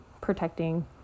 protecting